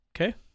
Okay